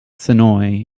sonoy